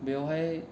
बेयावहाय